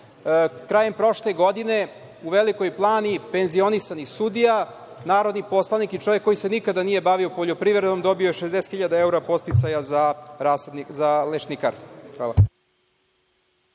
Krajem prošle godine u Velikoj Plani penzionisani sudija, narodni poslanik i čovek koji se nikad nije bavio poljoprivredom, dobio je 60.000 evra podsticaja za lešnikar.